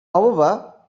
however